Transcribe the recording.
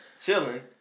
chilling